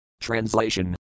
Translation